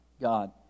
God